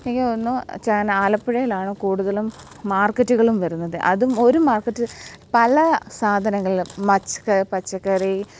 എനിക്ക് തോന്നണു ആലപ്പുഴയിലാണ് കൂടുതലും മാർക്കറ്റുകളും വരുന്നത് അതും ഒരു മാർക്കറ്റിൽ പല സാധനങ്ങൾ മച്ച്കാ പച്ചക്കറി